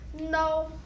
No